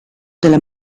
della